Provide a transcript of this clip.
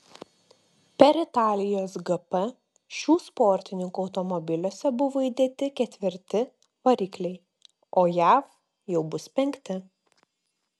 per italijos gp šių sportininkų automobiliuose buvo įdėti ketvirti varikliai o jav jau bus penkti